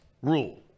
rule